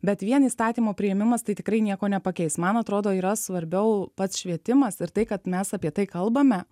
bet vien įstatymo priėmimas tai tikrai nieko nepakeis man atrodo yra svarbiau pats švietimas ir tai kad mes apie tai kalbame